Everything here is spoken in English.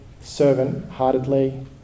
servant-heartedly